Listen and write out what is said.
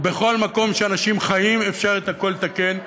ובכל מקום שאנשים חיים אפשר את הכול לתקן,